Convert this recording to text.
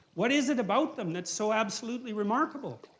what is it about them that's so absolutely remarkable?